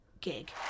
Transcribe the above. gig